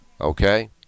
Okay